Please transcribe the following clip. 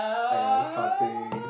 !aiya! this kind of thing